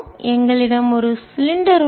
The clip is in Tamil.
எங்களிடம் ஒரு சிலிண்டர் உள்ளது